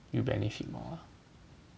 you will benefit more